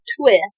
twist